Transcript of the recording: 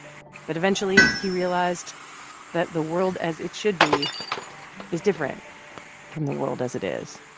but eventually, he realized that the world as it should be is different from the world as it is.